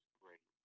great